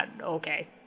okay